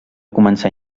començar